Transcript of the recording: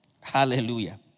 Hallelujah